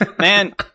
man